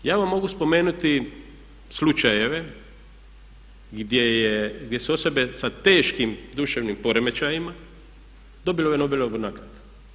Ja vam mogu spomenuti slučajeve gdje su osobe sa teškim duševnim poremećajima dobile Nobelovu nagradu.